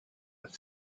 with